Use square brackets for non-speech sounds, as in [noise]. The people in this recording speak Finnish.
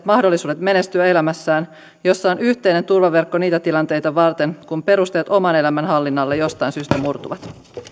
[unintelligible] mahdollisuudet menestyä elämässään jossa on yhteinen turvaverkko niitä tilanteita varten kun perusteet oman elämän hallinnalle jostain syystä murtuvat